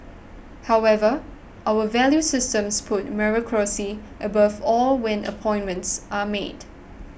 however our value systems puts meritocracy above all when appointments are made